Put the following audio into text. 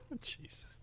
Jesus